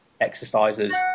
exercises